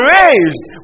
raised